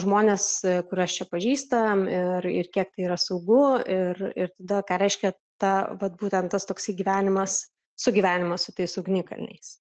žmones kuriuos čia pažįstam ir ir kiek tai yra saugu ir ir tada ką reiškia ta vat būten tas toksai gyvenimas sugyvenimas su tais ugnikalniais